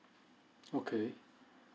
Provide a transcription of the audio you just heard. okay